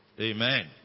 Amen